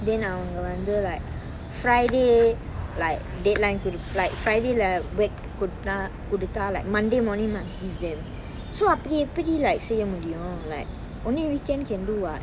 then அவங்க வந்து:avanga vanthu like friday like deadline like friday lah work கொடுத்னா கொடுத்தா:koduthna kodutha like monday morning must give them so அப்புடி எப்புடி:appudi eppudi like செய்ய முடியும்:seyya mudiyum like only weekends can do what